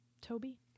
Toby